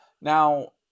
Now